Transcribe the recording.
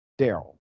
Daryl